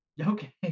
Okay